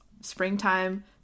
springtime